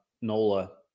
NOLA